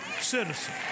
citizen